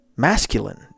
masculine